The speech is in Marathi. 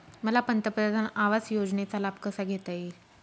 मला पंतप्रधान आवास योजनेचा लाभ कसा घेता येईल?